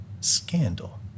scandal